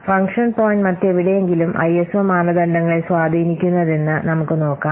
function point മറ്റെവിടെയെങ്കിലും ISO മാനദണ്ഡങ്ങളെ സ്വാധീനിക്കുന്നതെന്ന് നമുക്ക് നോക്കാം